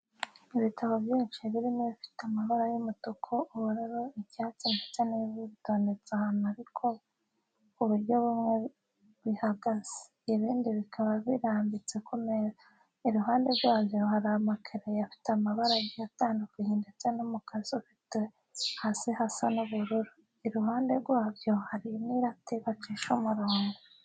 Ibitabo byinshi birimo ibifite amabara y'umutuku, ubururu, icyatsi ndetse n'ivu bitondetse ahantu ariko ku buryo bimwe bihagaze, ibindi bikaba birambitse ku meza. Iruhande rwabyo hari amakereyo afite amabara agiye atandukanye ndetse n'umukasi ufite hasi hasa nk'ubururu. Iruhande rwabyo hari n'irati bacisha umurongo.